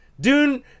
Dune